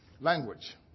Language